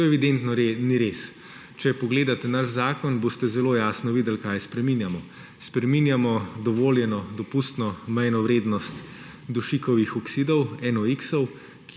To evidentno ni res. Če pogledate naš zakon, boste zelo jasno videli, kaj spreminjamo. Spreminjamo dovoljeno dopustno mejno vrednost dušikovih oksidov NOx,